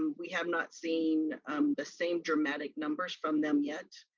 we have not seen the same dramatic numbers from them yet.